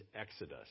exodus